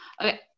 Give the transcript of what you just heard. Okay